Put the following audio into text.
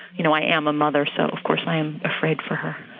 you know, i am a mother, so of course i am afraid for her.